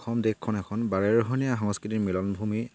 অসম দেশখন এখন বাৰেৰহণীয়া সংস্কৃতিৰ মিলনভূমি